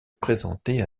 présentée